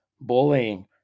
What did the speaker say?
Bullying